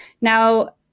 Now